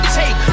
take